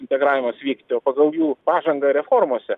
integravimas vykti pagal jų pažangą reformose